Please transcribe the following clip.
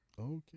Okay